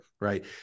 Right